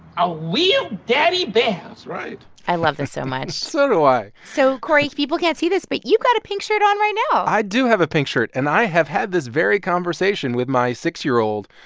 a real daddy bear that's right i love this so much so do i so cory, people can't see this, but you've got a pink shirt on right now i do have a pink shirt. and i have had this very conversation with my six year old.